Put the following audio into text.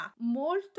molto